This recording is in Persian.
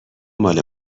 مال